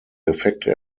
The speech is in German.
effekte